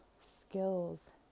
skills